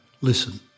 listen